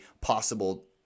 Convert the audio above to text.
possible